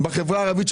בחברה הערבית.